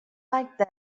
like